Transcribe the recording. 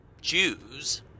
Jews